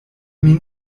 min